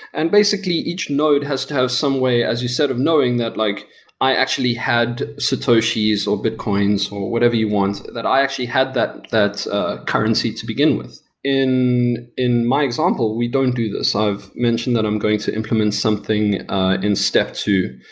and basically, each node has to have some way as you said of knowing that like i actually had satoshi's bitcoins or whatever you want that i actually had that that ah currency to begin with in in my example, we don't do this. i've mentioned that i'm going to implement something in step two.